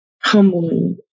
humbling